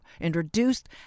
introduced